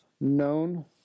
known